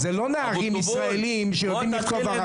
זה לא נערים ישראלים שיודעים לכתוב ערבית.